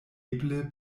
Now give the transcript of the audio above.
eble